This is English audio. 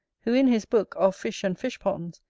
who, in his book of fish and fish-ponds,